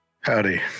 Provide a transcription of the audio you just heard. Howdy